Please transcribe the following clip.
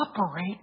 operate